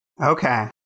Okay